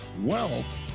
Wealth